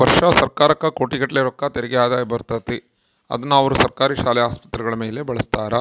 ವರ್ಷಾ ಸರ್ಕಾರಕ್ಕ ಕೋಟಿಗಟ್ಟಲೆ ರೊಕ್ಕ ತೆರಿಗೆ ಆದಾಯ ಬರುತ್ತತೆ, ಅದ್ನ ಅವರು ಸರ್ಕಾರಿ ಶಾಲೆ, ಆಸ್ಪತ್ರೆಗಳ ಮೇಲೆ ಬಳಸ್ತಾರ